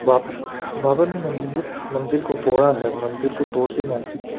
बाबर बाबर ने मंदिर को तोड़ा है मंदिर को तोड़कर मस्जिद